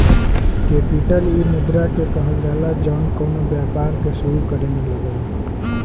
capital इ मुद्रा के कहल जाला जौन कउनो व्यापार के सुरू करे मे लगेला